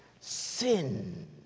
Sin